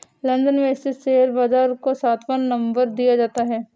London में स्थित share बाजार को सातवां नम्बर दिया जाता है